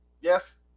yes